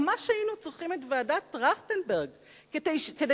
ממש היינו צריכים את ועדת-טרכטנברג כדי